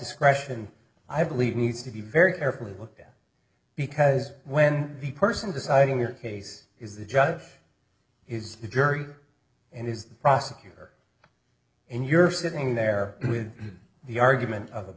discretion i believe needs to be very carefully looked at because when the person deciding your case is the judge is the jury and is the prosecutor and you're sitting there with the argument of a